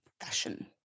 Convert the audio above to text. Fashion